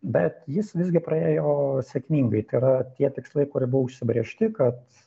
bet jis visgi praėjo sėkmingai tai yra tie tikslai kurie buvo užsibrėžti kad